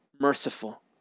merciful